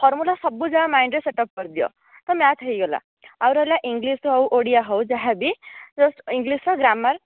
formula ସବୁଯାକ mind ରେ set up କରିଦିଅ ତ ମ୍ୟାଥ ହୋଇଗଲା ଆଉ ରହିଲା ଇଂଲିଶ ହେଉ ଓଡ଼ିଆ ହେଉ ଯାହା ବି ଫାଷ୍ଟ ଇଂଲିଶ ର ଗ୍ରାମର